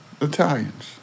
Italians